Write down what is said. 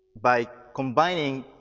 by combining